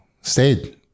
stayed